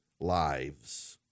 lives